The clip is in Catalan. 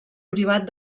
privat